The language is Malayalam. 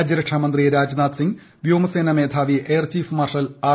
രാജ്യരക്ഷാ മന്ത്രി രാജ്നാഥ് സിംഗ് വ്യോമ്ട്രീസ്നാ് മേധാവി എയർ ചീഫ് മാർഷൽ ആർ